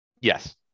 Yes